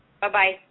Bye-bye